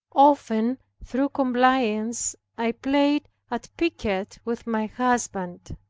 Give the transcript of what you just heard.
often through compliance i played at piquet with my husband.